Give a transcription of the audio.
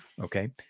okay